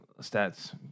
stats